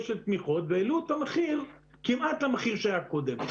תמיכות והעלו את המחיר כמעט למחיר שהיה קודם.